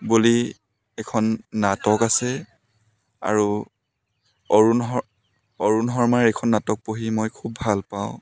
বুলি এখন নাটক আছে আৰু অৰুণ শ অৰুণ শৰ্মাৰ এইখন নাটক পঢ়ি মই খুব ভাল পাওঁ